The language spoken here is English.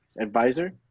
advisor